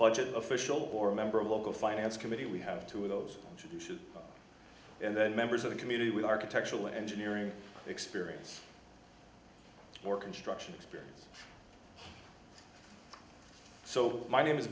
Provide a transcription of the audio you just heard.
budget official or member of local finance committee we have two of those contributions and then members of the committee we architectural engineering experience or construction experience so my name is